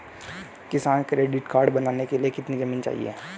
किसान credit card बनाने के लिए कितनी जमीन चाहिए?